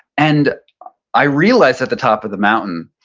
and i realized at the top of the mountain,